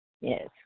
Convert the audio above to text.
Yes